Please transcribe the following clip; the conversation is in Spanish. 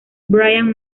brian